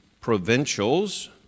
provincials